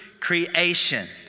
creation